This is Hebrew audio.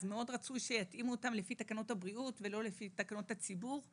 אז מאוד רצוי שיתאימו אותם לפי תקנות הבריאות ולא לפי תקנות הציבור,